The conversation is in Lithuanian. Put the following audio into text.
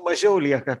mažiau lieka